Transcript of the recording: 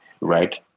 right